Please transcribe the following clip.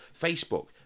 Facebook